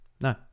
No